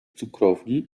cukrowni